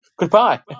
Goodbye